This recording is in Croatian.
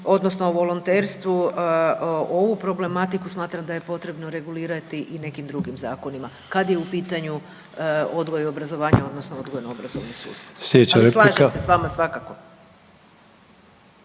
odnosno volonterstvu, ovu problematiku smatram da je potrebno regulirati i nekim drugim zakonima, kad je u pitanju odgoj i obrazovanje, odnosno odgojno-obrazovni sustav, ali slažem se s vama s vama